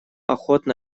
охотно